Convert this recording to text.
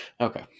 Okay